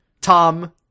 Tom